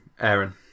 Aaron